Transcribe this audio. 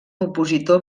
opositor